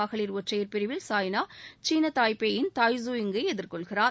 மகளிர் ஒற்றையர் பிரிவில் சாய்னா சீன தாய்பேயின் டாய் ட்சூ இங் ஐ எதிர்கொள்கிறார்